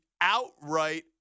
outright